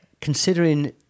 considering